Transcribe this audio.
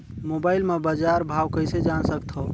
Mobile म बजार भाव कइसे जान सकथव?